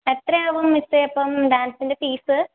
എത്രയാവും മിസ്സെ അപ്പം ഡാൻസിൻ്റെ ഫീസ്